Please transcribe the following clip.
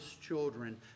children